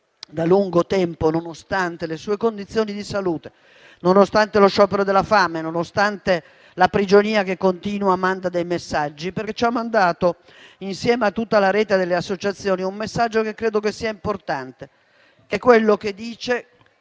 da lungo tempo, nonostante le sue condizioni di salute, nonostante lo sciopero della fame, nonostante la prigionia che continua, manda dei messaggi. Quello che ci ha mandato, insieme a tutta la rete delle associazioni, è un messaggio che credo sia importante con il quale chiede